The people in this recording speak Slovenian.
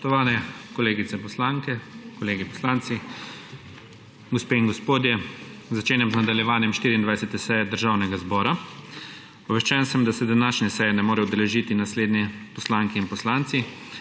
Spoštovani kolegice poslanke, kolegi poslanci, gospe in gospodje! Začenjam z nadaljevanjem 24. seje Državnega zbora. Obveščen sem, da se današnje seje ne morejo udeležiti naslednji poslanke in poslanci: